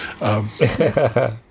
yes